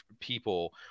people